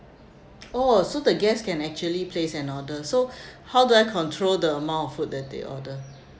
oh so the guests can actually place an order so how do I control the amount food that they order